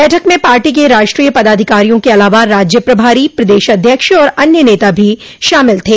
बैठक में पार्टी के राष्ट्रीय पदाधिकारियों के अलावा राज्य प्रभारी प्रदेश अध्यक्ष और अन्य नेता भी शामिल थे